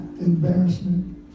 embarrassment